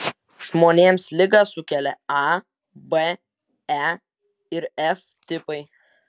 žmonėms ligą sukelia a b e ir f tipai